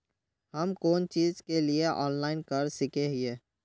हम कोन चीज के लिए ऑनलाइन कर सके हिये?